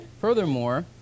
Furthermore